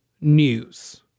news